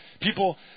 People